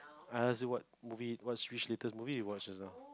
I asked you what movie what which latest movie you watch as well